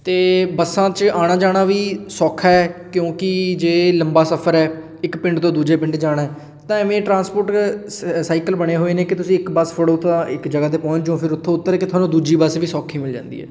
ਅਤੇ ਬੱਸਾਂ 'ਚ ਆਉਣਾ ਜਾਣਾ ਵੀ ਸੌਖਾ ਹੈ ਕਿਉਂਕਿ ਜੇ ਲੰਬਾ ਸਫ਼ਰ ਹੈ ਇੱਕ ਪਿੰਡ ਤੋਂ ਦੂਜੇ ਪਿੰਡ ਜਾਣਾ ਹੈ ਤਾਂ ਐਵੇਂ ਟਰਾਂਸਪੋਰਟਰ ਸਾਈਕਲ ਬਣੇ ਹੋਏ ਨੇ ਕਿ ਤੁਸੀਂ ਇੱਕ ਬੱਸ ਫੜੋ ਤਾਂ ਇੱਕ ਜਗ੍ਹਾ 'ਤੇ ਪਹੁੰਚ ਜਾਓ ਫਿਰ ਉੱਥੋਂ ਉਤਰ ਕੇ ਤੁਹਾਨੂੰ ਦੂਜੀ ਬੱਸ ਵੀ ਸੌਖੀ ਮਿਲ ਜਾਂਦੀ ਹੈ